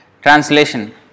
translation